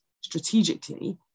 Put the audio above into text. strategically